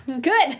Good